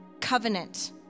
covenant